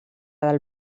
del